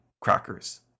Crackers